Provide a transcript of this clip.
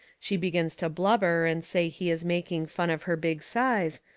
she begins to blubber and say he is making fun of her big size,